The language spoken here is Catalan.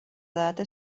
data